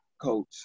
coach